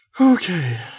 Okay